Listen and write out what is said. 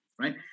right